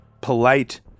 polite